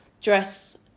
dress